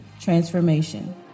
transformation